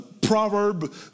proverb